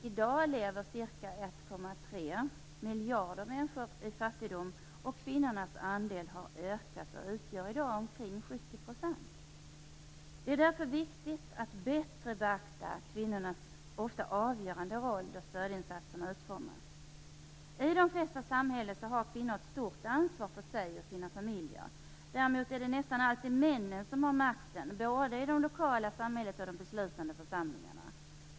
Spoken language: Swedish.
I dag lever ca 1,3 miljarder människor i fattigdom. Kvinnornas andel har ökat, och utgör i dag omkring 70 % av dessa. Det är därför viktigt att bättre beakta kvinnornas ofta avgörande roll då stödinsatserna utformas. I de flesta samhällen har kvinnor ett stort ansvar för sig och sina familjer. Däremot är det nästan alltid männen som har makten, både i det lokala samhället och i de beslutande församlingarna.